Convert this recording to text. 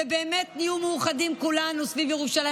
ובאמת נהיה מאוחדים כולנו סביב ירושלים.